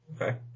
Okay